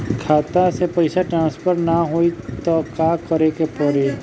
खाता से पैसा टॉसफर ना होई त का करे के पड़ी?